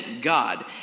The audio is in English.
God